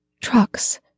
Trucks